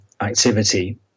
activity